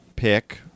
pick